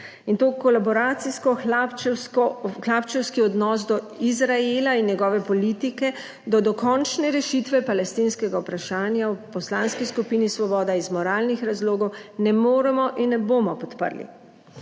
Tega kolaboracijsko-hlapčevskega odnos do Izraela in njegove politike do dokončne rešitve palestinskega vprašanja v Poslanski skupini Svoboda iz moralnih razlogov ne moremo in ne bomo podprli.